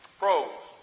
pros